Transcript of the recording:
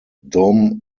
dom